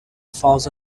falls